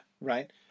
right